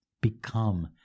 become